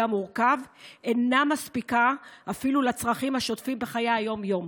המורכב אינה מספיקה אפילו לצרכים השוטפים בחיי היום-יום,